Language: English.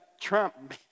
Trump